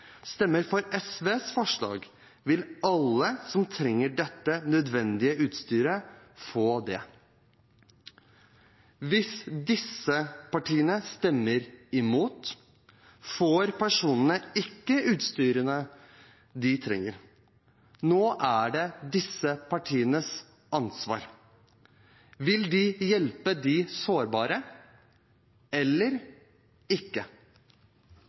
stemmer for SVs forslag, vil alle som trenger dette nødvendige utstyret, få det. Hvis disse partiene stemmer imot, får personene ikke utstyret de trenger. Nå er det disse partienes ansvar: Vil de hjelpe de sårbare – eller ikke?